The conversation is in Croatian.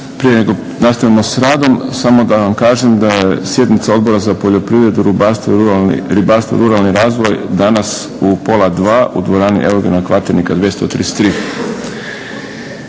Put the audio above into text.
Prije nego nastavimo s radom samo da vam kažem da je sjednica Odbora za poljoprivredu, ribarstvo i ruralni razvoj dana u pola dva u dvorani Eugena Kvaternika 233.